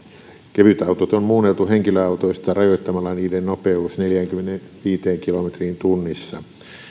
kevytautot on muunneltu henkilöautoista rajoittamalla niiden nopeus neljäänkymmeneenviiteen kilometriin tunnissa